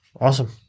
awesome